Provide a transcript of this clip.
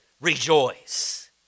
rejoice